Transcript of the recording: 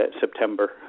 September